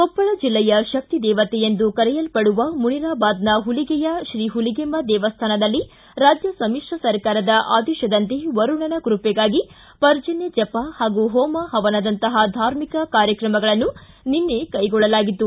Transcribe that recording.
ಕೊಪ್ಪಳ ಜಿಲ್ಲೆಯ ಶಕ್ತಿ ದೇವತೆ ಎಂದು ಕರೆಯಲ್ಪಡುವ ಮುನಿರಾಬಾದನ ಹುಲಿಗಿಯ ಶ್ರೀ ಹುಲಿಗೇಮ್ಮ ದೇಮ್ಯಾನದಲ್ಲಿ ರಾಜ್ಯ ಸಮಿತ್ರ ಸರಕಾರದ ಆದೇಶದಂತೆ ವರುಣನ ಕೃಪೆಗಾಗಿ ಪರ್ಜನ್ಯ ಜಪ ಹಾಗೂ ಹೋಮ ಹವನ ದಂತಹ ಧಾರ್ಮಿಕ ಕಾರ್ಯಕ್ರಮಗಳನ್ನು ನಿನ್ನೆ ಕೈಗೊಳ್ಳಲಾಯಿತು